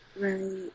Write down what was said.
Right